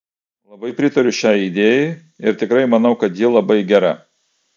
labai pritariu šiai idėjai ir tikrai manau kad ji labai gera